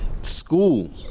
School